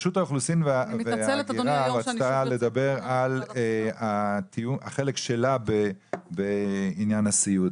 רשות האוכלוסין וההגירה רצתה לדבר על החלק שלה בעניין הסיעוד,